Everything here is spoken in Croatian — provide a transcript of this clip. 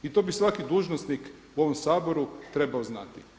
I to bi svaki dužnosnik u ovom Saboru trebao znati.